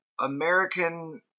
American